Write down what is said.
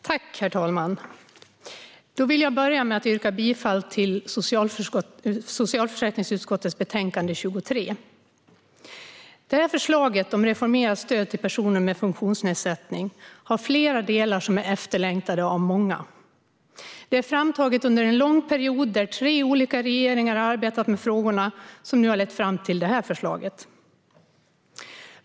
Herr talman! Jag vill börja med att yrka bifall till socialförsäkringsutskottets förslag i betänkande SfU23. Förslaget om reformerade stöd till personer med funktionsnedsättning har flera delar som är efterlängtade av många. Det är framtaget under en lång period, och tre olika regeringar har arbetat med frågorna. Det arbetet har lett fram till det här förslaget.